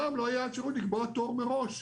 פעם לא הייתה אפשרות לקבוע תור מראש,